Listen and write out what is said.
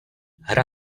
hra